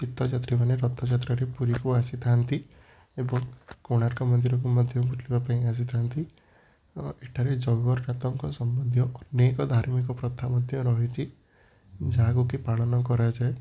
ତୀର୍ଥଯାତ୍ରୀମାନେ ରଥଯାତ୍ରାରେ ପୁରୀକୁ ଆସିଥାନ୍ତି ଏବଂ କୋଣାର୍କ ମନ୍ଦିରକୁ ମଧ୍ୟ ବୁଲିବାପାଇଁ ଆସିଥାନ୍ତି ଓ ଏଠାରେ ଜଗନ୍ନାଥଙ୍କ ସମ୍ବନ୍ଧୀୟ ଅନେକ ଧାର୍ମିକ ପ୍ରଥା ମଧ୍ୟ ରହିଛି ଯାହାକୁ କି ପାଳନ କରାଯାଏ